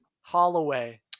Holloway